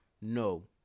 no